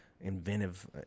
inventive